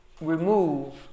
remove